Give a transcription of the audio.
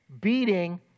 beating